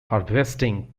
harvesting